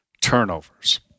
turnovers